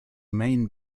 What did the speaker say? main